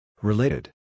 Related